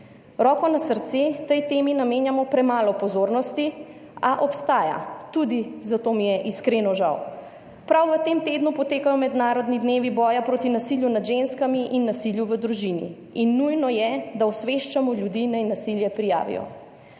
Roko na srce, tej temi namenjamo premalo pozornosti, a obstaja. **45. TRAK: (VP) 16.40** (nadaljevanje) Tudi zato mi je iskreno žal. Prav v tem tednu potekajo mednarodni dnevi boja proti nasilju nad ženskami in nasilju v družini in nujno je, da osveščamo ljudi, naj nasilje prijavijo.